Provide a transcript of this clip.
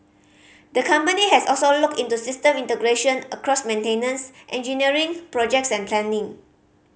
the company has also looked into system integration across maintenance engineering projects and planning